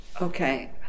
Okay